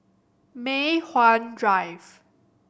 Mei Hwan Drive